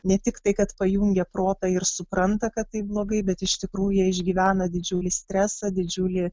ne tik tai kad pajungia protą ir supranta kad taip blogai bet iš tikrųjų jie išgyvena didžiulį stresą didžiulį